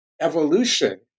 evolution